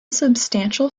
substantial